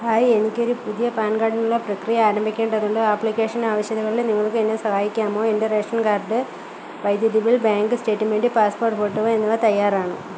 hi എനിക്കൊരു പുതിയ PAN കാർഡിനുള്ള പ്രക്രിയ ആരംഭിക്കേണ്ടതുണ്ട് ആപ്ലിക്കേഷൻ ആവശ്യകതകളിൽ നിങ്ങൾക്കെന്നെ സഹായിക്കാമോ എൻ്റെ റേഷൻ കാർഡ് വൈദ്യുതി bill bank statement passport photo എന്നിവ തയ്യാറാണ്